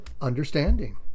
understanding